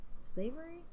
slavery